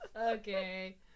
Okay